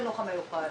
והחינוך המיוחד.